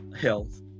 health